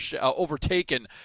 overtaken